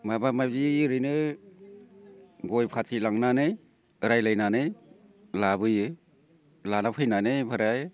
माबा माबि ओरैनो गय फाथै लांनानै रायज्लायनानै लाबोयो लाना फैनानै ओमफ्राय